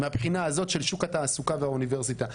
מהבחינה הזאת של שוק התעסוקה והאוניברסיטה.